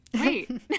wait